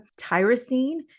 Tyrosine